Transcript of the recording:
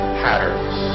patterns